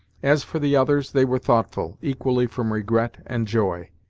as for the others, they were thoughtful equally from regret and joy.